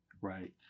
right